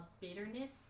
bitterness